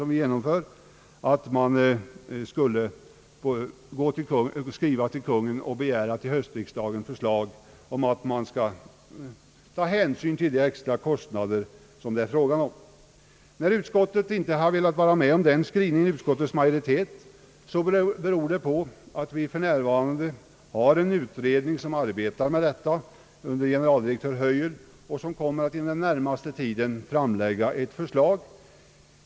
Man har begärt en skrivelse till Kungl. Maj:t med begäran om förslag till höstriksdagen, i vilket det skulle tas hänsyn till de extra kostnader som uppstår. När utskottsmajoriteten inte velat vara med om den skrivningen, så beror det på att en utredning under generaldirektör Hörjel f.n. arbetar med detta.